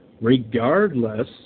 regardless